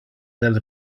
del